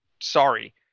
Sorry